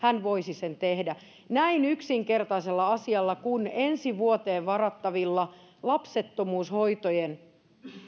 voisi sen tehdä näin yksinkertaisella asialla kuin ensi vuoteen varattavilla lapsettomuushoitojen